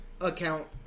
account